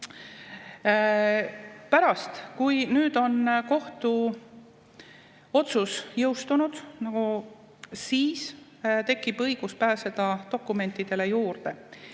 Pärast, kui kohtuotsus on jõustunud, tekib õigus pääseda dokumentidele juurde.